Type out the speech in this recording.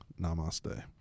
Namaste